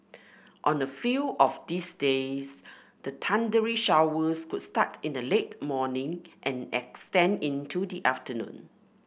on a few of these days the thundery showers could start in the late morning and extend into the afternoon